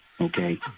okay